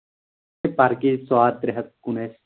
ساد ترٛےٚ ہَتھ کُن اَسہِ